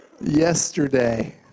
Yesterday